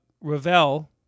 Ravel